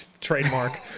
trademark